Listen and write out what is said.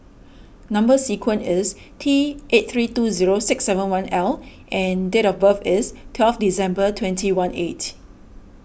Number Sequence is T eight three two zero six seven one L and date of birth is twelve December twentyeighteen